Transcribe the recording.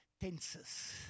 tenses